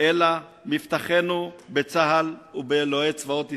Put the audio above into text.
אלא מבטחנו בצה"ל ובאלוהי צבאות ישראל.